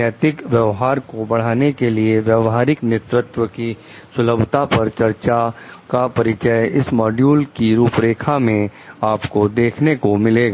नैतिक व्यवहार को बढ़ाने के लिए व्यावहारिक नेतृत्व की सुलभता पर चर्चा का परिचय इस मॉड्यूल की रूपरेखा में आपको देखने को मिलेगा